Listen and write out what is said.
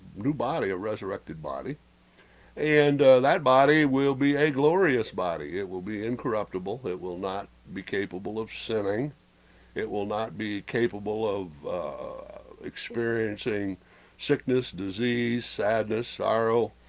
new, body a resurrected body and that body will be a glorious body it will be incorruptible that will not be capable of sinning it will not be capable of experiencing sickness disease sadness, sorrow,